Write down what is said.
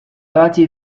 ebatzi